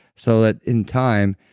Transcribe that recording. so that in time,